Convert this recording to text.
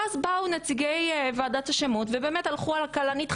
ואז באו נציגי ועדת השמות ובאמת הלכו על כלנית,